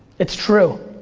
it's true.